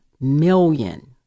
million